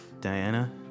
Diana